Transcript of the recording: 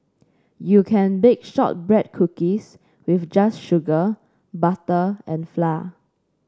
you can bake shortbread cookies with just sugar butter and flour